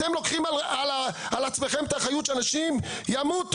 אתם לוקחים על עצמכם את האחריות שאנשים ימותו.